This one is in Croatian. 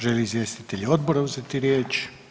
Žele li izvjestitelji odbora uzeti riječ?